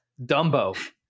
Dumbo